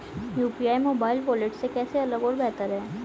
UPI mobile wallet से कैसे अलग और बेहतर है?